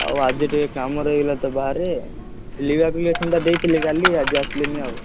ଆଉ ଆଜି ଟିକେ କାମ ରହିଗଲା ତ ବାହାରେ ଲିଭ୍ ଆପ୍ଲିକେସନ୍ଟା ଦେଇଥିଲେ କାଲି ଆଜି ଆସିଲିନି ଆଉ